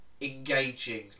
engaging